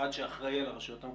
המשרד של הרשויות המקומיות,